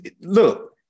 look